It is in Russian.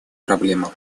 проблемам